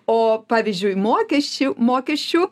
o pavyzdžiui mokesčių mokesčių